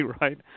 right